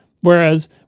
whereas